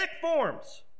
forms